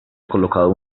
colocado